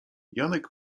janek